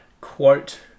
quote